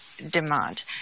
demand